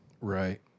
Right